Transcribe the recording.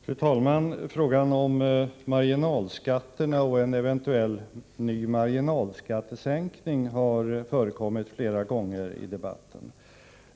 Fru talman! Frågan om marginalskatterna och en eventuell ny marginalskattesänkning har förekommit flera gånger i debatten.